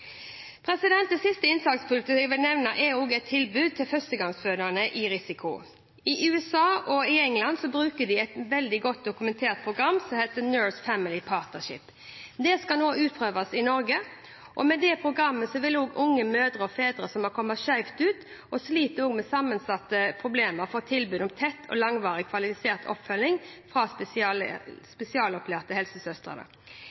Det siste innsatspunktet jeg vil nevne, er et tilbud til førstegangsfødende i risiko. I USA og i England bruker de et veldig godt dokumentert program som heter Nurse-Family Partnership. Det skal nå utprøves i Norge, og med det programmet vil også unge mødre og fedre som har kommet skjevt ut og sliter med sammensatte problemer, få tilbud om tett, langvarig og kvalifisert oppfølging fra